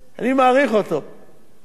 צלצל כנראה למשרד הביטחון,